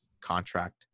contract